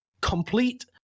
complete